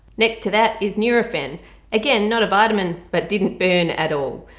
next to that is nurofen again not a vitamin but didn't burn at all.